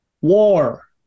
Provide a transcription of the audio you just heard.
war